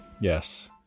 yes